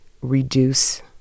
Reduce